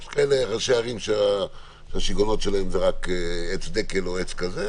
יש כאלה ראשי ערים שהשיגעונות שלהם זה עץ דקל או עץ כזה,